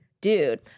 dude